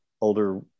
older